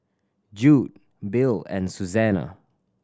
Jude Bill and Susana